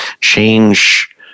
change